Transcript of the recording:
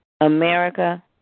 America